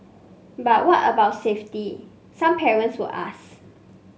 but what about safety some parents would ask